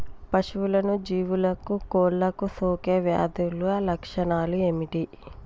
పశువులకు జీవాలకు కోళ్ళకు సోకే వ్యాధుల లక్షణాలు ఏమిటి?